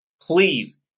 please